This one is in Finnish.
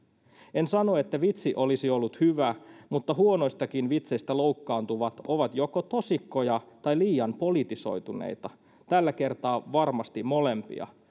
en sano että vitsi olisi ollut hyvä mutta huonoistakin vitseistä loukkaantuvat ovat joko tosikkoja tai liian politisoituneita tällä kertaa varmasti molempia